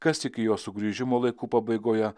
kas tiki jo sugrįžimo laiku pabaigoje